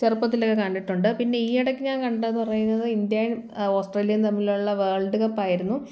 ചെറുപ്പത്തിലെ കണ്ടിട്ടുണ്ട് പിന്നെ ഈ ഇടയ്ക്ക് ഞാൻ കണ്ടെന്ന് പറയുന്നത് ഇന്ത്യാ ഓസ്ട്രേലിയും തമ്മിലുള്ള വേൾഡ് കപ്പായിരുന്നു